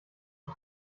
und